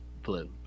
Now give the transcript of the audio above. blue